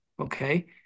okay